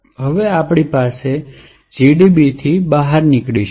તેથી હવે આપણે GDB થી બહાર નીકળીશું